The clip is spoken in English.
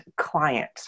client